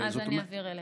אני אעביר אליך.